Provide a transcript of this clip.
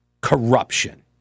corruption